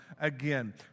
again